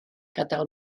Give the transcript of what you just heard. gadael